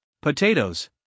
potatoes